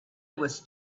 was